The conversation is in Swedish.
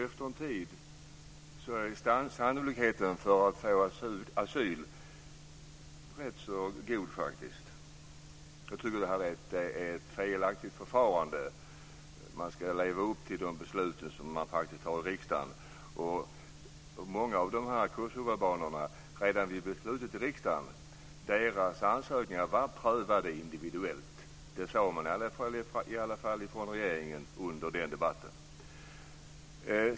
Efter en tid är sannolikheten för att få asyl rätt god. Jag tycker att det är ett felaktigt förfarande. Vi ska leva upp till de beslut vi fattar i riksdagen. Många av kosovoalbanernas ansökningar var prövade individuellt redan vid beslutet i riksdagen. Det sade man i alla fall från regeringen under den debatten.